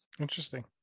interesting